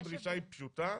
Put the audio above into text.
אם הדרישה היא פשוטה,